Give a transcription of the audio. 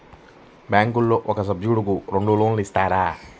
బ్యాంకులో ఒక సభ్యుడకు రెండు లోన్లు ఇస్తారా?